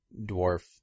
dwarf